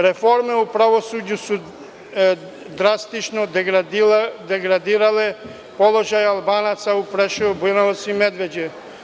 Reforme u pravosuđu su drastično degradirale položaj Albanaca u Preševu, Bujanovcu i Medveđi.